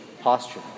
posture